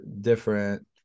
different